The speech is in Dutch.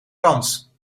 kans